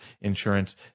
insurance